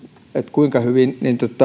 kuinka hyvin